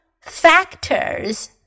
factors